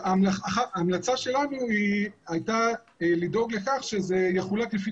ההמלצה שלנו הייתה לדאוג לכך שזה יחולק לפי